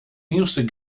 nieuwste